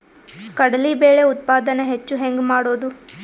ಕಡಲಿ ಬೇಳೆ ಉತ್ಪಾದನ ಹೆಚ್ಚು ಹೆಂಗ ಮಾಡೊದು?